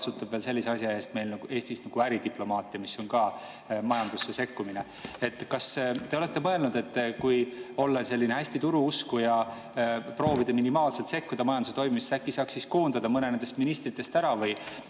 Eestis veel sellise asja eest nagu äridiplomaatia, mis on ka majandusse sekkumine. Kas te olete mõelnud, et kui olla selline hästi turu usku ja proovida minimaalselt sekkuda majanduse toimimisse, äkki saaks siis koondada mõne nendest ministritest ära või